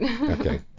Okay